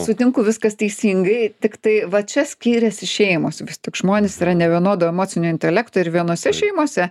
sutinku viskas teisingai tiktai va čia skiriasi šeimos vis tik žmonės yra nevienodo emocinio intelekto ir vienose šeimose